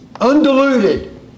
undiluted